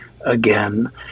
again